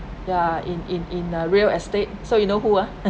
ya in in in uh real estate so you know who ah